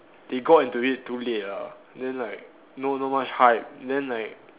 they got into it too late ah then like no not much hype then like